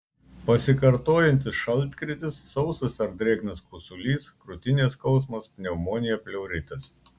pasikartojantis šaltkrėtis sausas ar drėgnas kosulys krūtinės skausmas pneumonija pleuritas